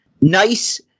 nice